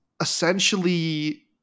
essentially